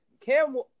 Cam